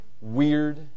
weird